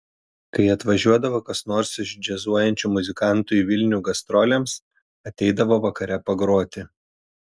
kai atvažiuodavo kas nors iš džiazuojančių muzikantų į vilnių gastrolėms ateidavo vakare pagroti